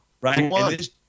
right